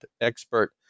expert